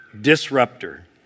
Disruptor